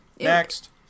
next